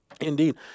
Indeed